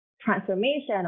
transformation